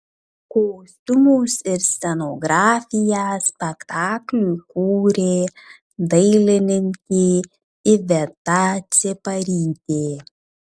kostiumus ir scenografiją spektakliui kūrė dailininkė iveta ciparytė